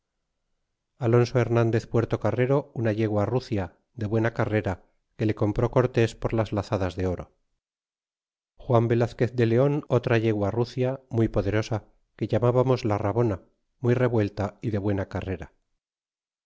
alonso hernandez puertocarrero una yegua rucia de buena carrera que le compró cortés por las lazadas de oro juan velazquez de leon otra yegua rucia muy poderosa que llambamos la rabona muy revuelta y de buena carrera